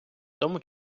тому